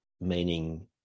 meaning